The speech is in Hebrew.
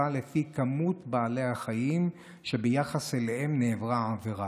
לפי כמות בעלי החיים שביחס אליהם נעברה העבירה,